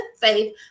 faith